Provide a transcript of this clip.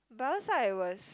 the other side was